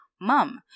mum